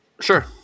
sure